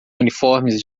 uniformes